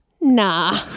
Nah